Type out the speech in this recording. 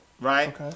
right